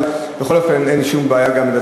אבל בכל אופן,